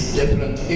different